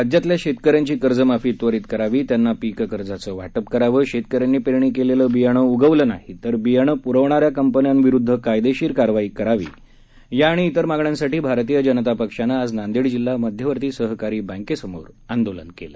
राज्यातल्या शेतकऱ्यांची कर्जमाफी त्वरीत करावीत्यांना पीक कर्ज वाटप करावं शेतकऱ्यांनी पेरणी केलेलं बियाणं उगवलं नाही तर बियाणं पुरवणाऱ्या कंपन्यां विरूध्द कायदेशीर कारवाई करावी या आणि अन्य मागण्यांसाठी भारतीय जनता पक्षानं आज नांदेड जिल्हा मध्यवर्ती सहकारी बँकेसमोर आंदोलन केलं